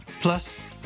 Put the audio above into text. plus